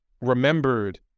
remembered